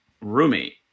roommate